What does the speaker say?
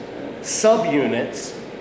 subunits